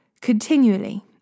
continually